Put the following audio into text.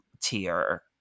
tier